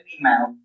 email